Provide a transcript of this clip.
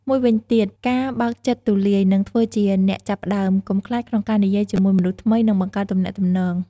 មួយវិញទៀង ការបើកចិត្តទូលាយ និងធ្វើជាអ្នកចាប់ផ្តើម កុំខ្លាចក្នុងការនិយាយជាមួយមនុស្សថ្មី និងបង្កើតទំនាក់ទំនង។